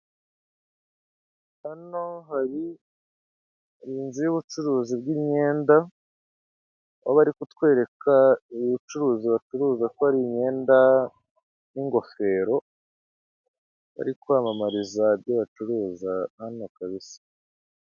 Hano hari inzu y'ubucuruzi bw'imyenda, ho bari kutwereka ibicuruzi bacuruza ko ari imyenda n'igofero. Bari kwamamariza ibyo bacuruza hano kabisa.